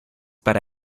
para